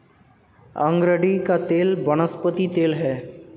अरंडी का तेल वनस्पति तेल है